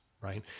Right